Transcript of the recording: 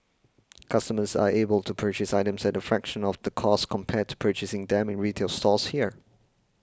customers are able to purchase items at a fraction of the cost compared to purchasing them in retail stores here